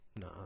Nah